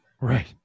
Right